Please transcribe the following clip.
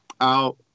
Out